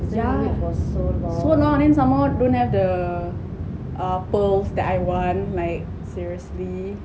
yeah so long and then some more don't have the ah pearls that I want like seriously